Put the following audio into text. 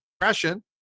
depression